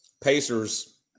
Pacers